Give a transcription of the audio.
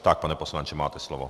Tak, pane poslanče, máte slovo.